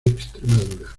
extremadura